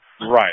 Right